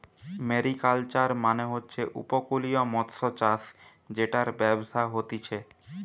mariculture মানে হচ্ছে উপকূলীয় মৎস্যচাষ জেটার ব্যবসা হতিছে